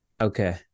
Okay